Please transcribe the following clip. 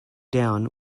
down